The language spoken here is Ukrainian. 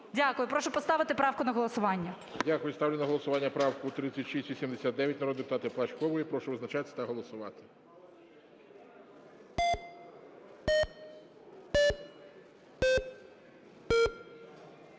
Дякую. Прошу поставити правку на голосування. ГОЛОВУЮЧИЙ. Дякую. Ставлю на голосування правку 3689 народної депутатки Плачкової. Прошу визначатись та голосувати.